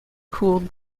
cooled